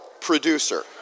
producer